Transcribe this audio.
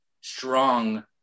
strong